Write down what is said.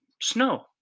snow